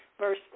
verse